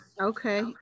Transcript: Okay